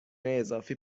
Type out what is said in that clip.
اضافی